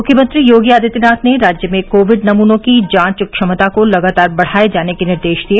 मुख्यमंत्री योगी आदित्यनाथ ने राज्य में कोविड नमूनों की जांच क्षमता को लगातार बढ़ाए जाने के निर्देश दिए